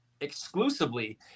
exclusively